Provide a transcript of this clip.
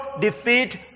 defeat